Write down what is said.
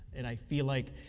and i feel like,